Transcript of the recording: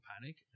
panic